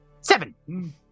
seven